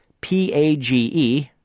PAGE